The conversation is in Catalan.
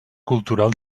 cultural